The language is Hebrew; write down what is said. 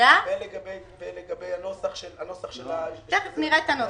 בוועדה --- ולגבי הנוסח של --- תכף נראה את הנוסח.